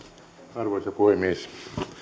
arvoisa puhemies